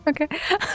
Okay